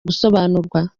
gusobanurwa